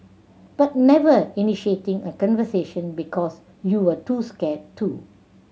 but never initiating a conversation because you were too scared to